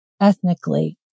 ethnically